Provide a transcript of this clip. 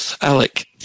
Alec